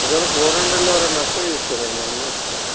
ఒకవేళ ఫోర్ హండ్రెడ్లో ఎవరన్న వస్తే తీసుకు వెళ్ళండి మరి మీ ఇష్టం